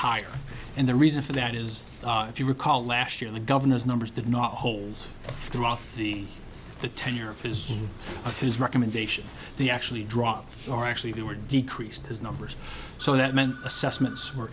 higher and the reason for that is if you recall last year the governor's numbers did not hold throughout the the tenure of his of his recommendation they actually dropped or actually they were decreased his numbers so that meant assessment